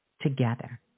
together